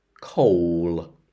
coal